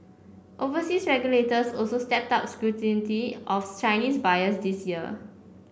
overseas regulators also stepped up scrutiny of Chinese buyers this year